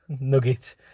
nugget